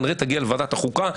כנראה תגיע לוועדת החוקה,